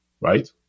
right